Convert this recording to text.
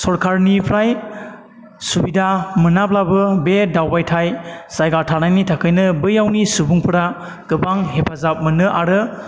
सरखारनिफ्राय सुबिदा मोनाब्लाबो बे दावबायथाइ जायगा थानायनि थाखायनो बैयावनि सुबुंफ्रा गोबां हेफाजाब मोनो आरो